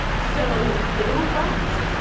so they go home for august.